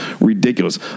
ridiculous